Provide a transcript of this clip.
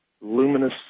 Luminous